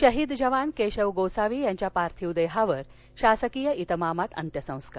शहीद जवान केशव गोसावी यांच्या पार्थिव देहावर शासकीय इतमामात अंत्यसंस्कार